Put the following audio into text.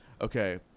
okay